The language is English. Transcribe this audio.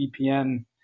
VPN